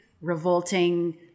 revolting